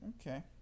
okay